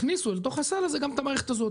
הכניסו לתוך הסל הזה גם את המערכת הזאת,